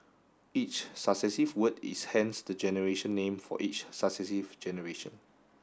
each successive word is hence the generation name for each successive generation